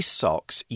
socks